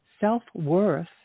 self-worth